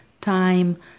time